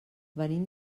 venim